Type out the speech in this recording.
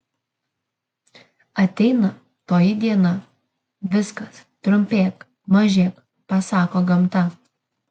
ateina toji diena viskas trumpėk mažėk pasako gamta